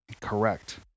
correct